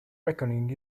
reckoning